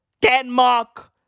Denmark